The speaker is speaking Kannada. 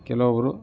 ಕೆಲವೊಬ್ಬರು